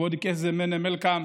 כבוד קייס זמנה מלקם,